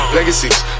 Legacies